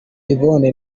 yvonne